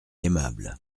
aimables